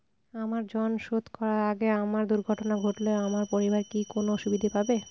আমার ঋণ শোধ করার আগে আমার দুর্ঘটনা ঘটলে আমার পরিবার কি কোনো সুবিধে পাবে?